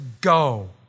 go